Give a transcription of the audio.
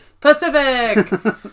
Pacific